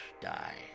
die